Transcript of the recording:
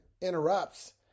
interrupts